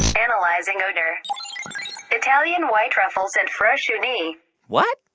analyzing odor italian white truffles and fresh uni what?